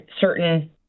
certain